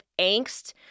angst